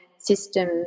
system